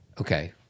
Okay